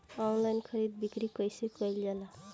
Online खरीद बिक्री कइसे कइल जाला?